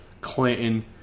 Clinton